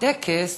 בטקס,